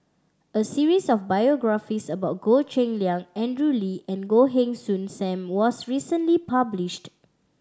a series of biographies about Goh Cheng Liang Andrew Lee and Goh Heng Soon Sam was recently published